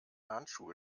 handschuhe